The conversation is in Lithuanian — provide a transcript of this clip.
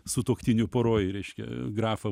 sutuoktinių poroj reiškia grafą